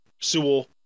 Sewell